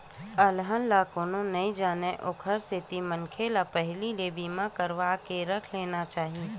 अलहन ला कोनो नइ जानय ओखरे सेती मनखे ल पहिली ले ही बीमा करवाके रख लेना चाही